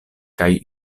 kaj